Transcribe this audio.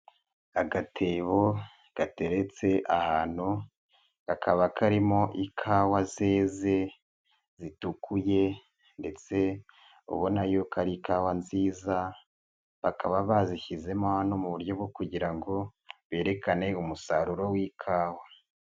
Agatebo gateretse ahantu kakaba karimo ikawa zeze zitukuye ndetse ubona yuko ari ikawa nziza, bakaba bazishyizemo hano mu buryo bwo kugira ngo berekane umusaruro w'ikawa.